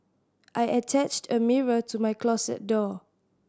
I attached a mirror to my closet door